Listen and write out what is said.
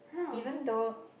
even though